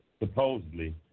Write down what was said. supposedly